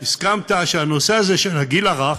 הסכמת שהנושא הזה, של הגיל הרך,